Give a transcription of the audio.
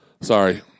Sorry